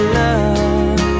love